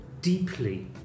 deeply